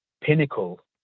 pinnacle